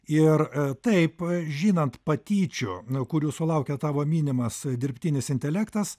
ir taip žinant patyčių kurių sulaukė tavo minimas dirbtinis intelektas